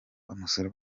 bamusura